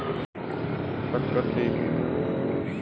अमित ने day trading में बहुत सारा पैसा कमाया और गंवाया है